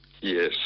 Yes